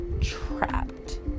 trapped